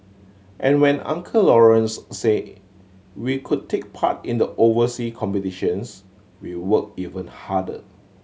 and when Uncle Lawrence said we could take part in the oversea competitions we worked even harder